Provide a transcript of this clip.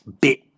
bit